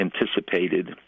anticipated